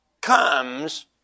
comes